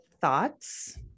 thoughts